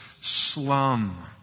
slum